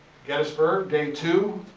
gettysburg, day two.